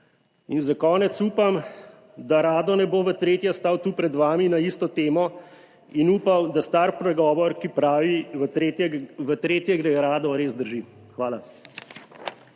In za konec, upam, da Rado ne bo v tretje stal tu pred vami na isto temo in upam, da star pregovor, ki pravi: "V tretje gre rado" res drži. Hvala.